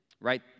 Right